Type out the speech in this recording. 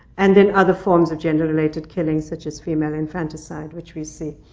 and then other forms of gender-related killings, such as female infanticide, which we see.